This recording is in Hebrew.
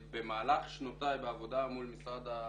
שבמהלך שנותיי בעבודה מול משרד החוץ,